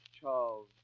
Charles